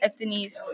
ethnicities